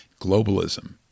globalism